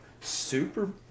super